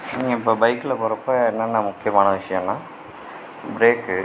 நீங்க இப்போ பைக்கில் போறப்போ என்னென்ன முக்கியமான விஷயன்னா பிரேக்கு